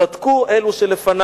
צדקו אלו לפני